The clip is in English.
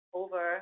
over